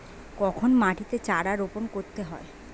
কখন মাটিতে চারা রোপণ করতে হয়?